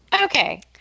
Okay